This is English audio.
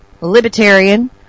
libertarian